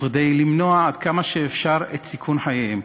וכדי למנוע עד כמה שאפשר את סיכון חייהם,